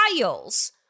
files